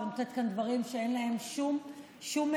נותנת כאן דברים שאין להם שום בסיס.